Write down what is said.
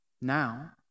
now